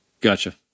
Gotcha